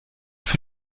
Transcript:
für